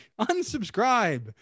Unsubscribe